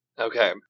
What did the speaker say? Okay